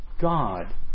God